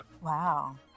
Wow